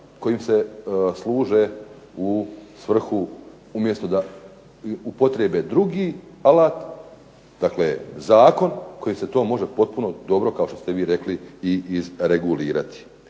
kojim se služe u svrhu, umjesto da upotrijebe drugi alat, dakle zakon kojim se to može potpuno dobro kao što ste vi rekli i izregulirati.